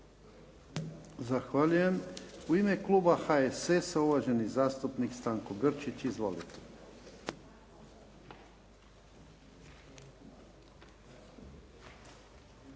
Zahvaljujem. U ime kluba HSS-a uvaženi zastupnik Stanko Grčić. Izvolite.